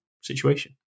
situation